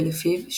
ולפיו,